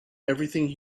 everything